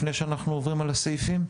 לפני שאנחנו עוברים על הסעיפים,